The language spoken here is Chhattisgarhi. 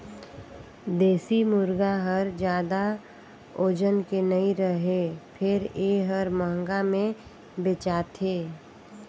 देसी मुरगा हर जादा ओजन के नइ रहें फेर ए हर महंगा में बेचाथे